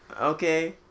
Okay